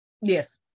yes